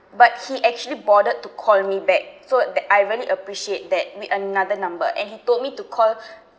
but he actually bothered to call me back so that I really appreciate that with another number and he told me to call